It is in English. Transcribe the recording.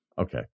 Okay